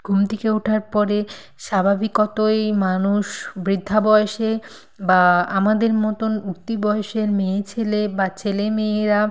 ঘুম থেকে ওঠার পরে স্বাভাবিকতই মানুষ বৃদ্ধা বয়সে বা আমাদের মতোন উঠতি বয়সের মেয়ে ছেলে বা ছেলে মেয়েরা